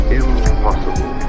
impossible